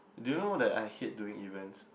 do you know that I hate doing events